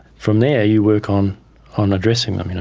from there you work on on addressing them, you know